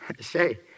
Say